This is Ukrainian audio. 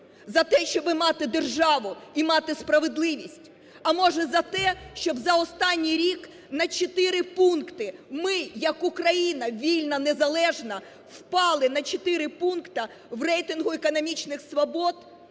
За те, щоби мати державу і мати справедливість. А може, за те, щоб за останній рік на 4 пункти ми як Україна вільна незалежна, впали на 4 пункти в рейтингу економічних свобод?